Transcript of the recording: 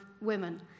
women